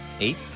Eight